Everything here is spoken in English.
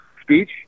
speech